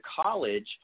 college